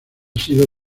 sido